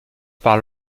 par